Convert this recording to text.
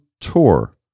Tour